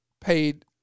paid